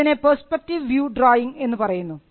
ഇതിനെ perspective view drawing എന്നു പറയുന്നു